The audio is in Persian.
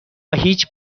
هیچ